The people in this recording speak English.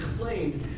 claimed